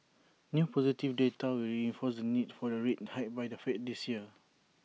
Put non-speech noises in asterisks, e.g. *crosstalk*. new positive *noise* data will reinforce the need for A rate hike by the fed this year